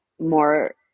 more